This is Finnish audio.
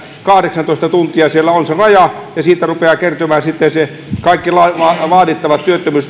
kahdeksantoista tuntia siellä on se raja ja siitä rupeaa kertymään sitten se kaikki vaadittava